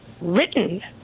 written